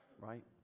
right